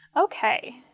Okay